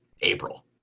April